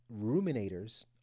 ruminators